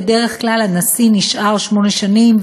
בדרך כלל הנשיא נשאר שמונה שנים,